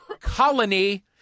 Colony